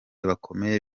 bakomeye